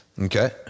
Okay